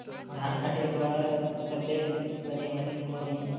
धान काटे बार सबले बने मशीन कोन हे?